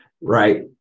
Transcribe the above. Right